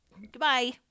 Goodbye